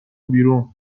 بیرون